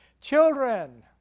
children